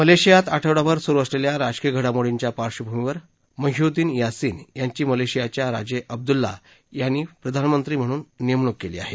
मलेशियात आठवडाभर सुरू असलेल्या राजकीय घडामोडींच्या पार्श्वभूमीवर मुद्गुद्दिन यासिन यांची मलेशियाच्या राजे अब्दुल्ला यांनी प्रधानमंत्री म्हणून नेमणुक केली आहे